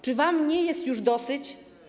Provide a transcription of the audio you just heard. Czy wam nie jest już dosyć?